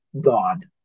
God